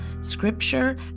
scripture